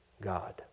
God